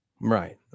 right